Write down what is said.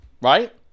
right